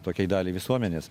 tokiai daliai visuomenės